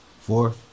Four